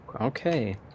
Okay